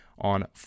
On